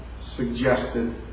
suggested